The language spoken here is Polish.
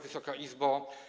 Wysoka Izbo!